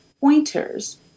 pointers